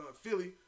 Philly